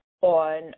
on